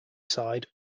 side